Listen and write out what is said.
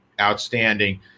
outstanding